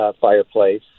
fireplace